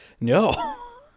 no